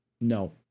No